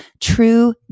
true